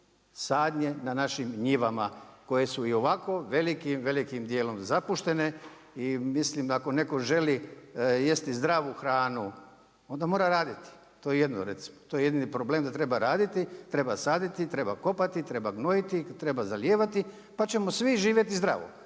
sadnje na našim njivama koje su i ovako velikim, velikim dijelom zapuštene i mislim ako netko želi jesti zdravu hranu, onda mora raditi, to je jedini problem, da treba raditi, treba saditi, treba kopati, treba gnojiti, treba zalijevati, pa ćemo svi živjeti zdravo.